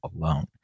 alone